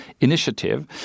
initiative